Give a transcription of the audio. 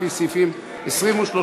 לפי סעיפים 23,